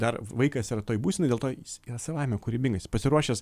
dar vaikas yra toj būsenoj dėl to jis yra savaime kūrybingas jis pasiruošęs